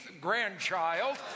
grandchild